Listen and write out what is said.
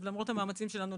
למרות המאמצים שלנו,